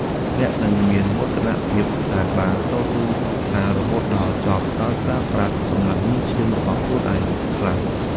អ្នកនឹងមានមោទនភាពដែលបានតស៊ូសិក្សារហូតដល់ចប់ដោយប្រើប្រាស់កម្លាំងញើសឈាមរបស់ខ្លួនឯងខ្លះ។